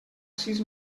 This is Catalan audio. sis